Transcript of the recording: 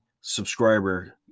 subscriber